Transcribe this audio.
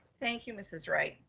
thank you, mrs. wright.